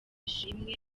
ishimwe